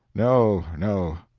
no, no!